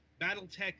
BattleTech